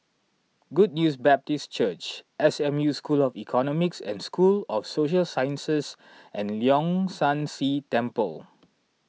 Good News Baptist Church S M U School of Economics and School of Social Sciences and Leong San See Temple